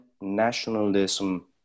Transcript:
nationalism